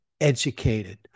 educated